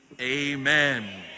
Amen